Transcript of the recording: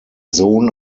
sohn